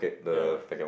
ya